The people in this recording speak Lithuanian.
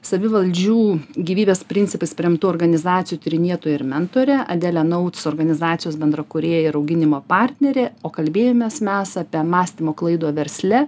savivaldžių gyvybės principais paremtų organizacijų tyrinėtoja ir mentorė adelė notes organizacijos bendrakūrėja ir auginimo partnerė o kalbėjomės mes apie mąstymo klaido versle